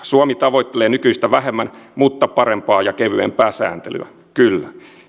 suomi tavoittelee nykyistä vähemmän mutta parempaa ja kevyempää sääntelyä kyllä